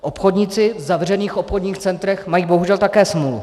Obchodníci v zavřených obchodních centrech mají bohužel také smůlu.